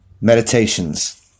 Meditations